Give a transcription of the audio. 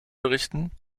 berichten